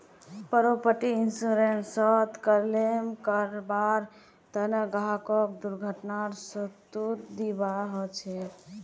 property इन्शुरन्सत claim करबार तने ग्राहकक दुर्घटनार सबूत दीबा ह छेक